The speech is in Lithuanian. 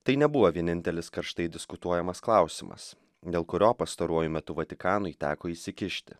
tai nebuvo vienintelis karštai diskutuojamas klausimas dėl kurio pastaruoju metu vatikanui teko įsikišti